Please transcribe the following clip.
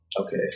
Okay